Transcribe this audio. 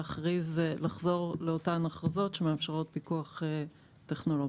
לחזור לאותן הכרזות שמאפשרות פיקוח טכנולוגי.